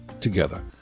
together